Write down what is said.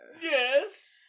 yes